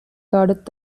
அடுத்த